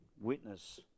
witness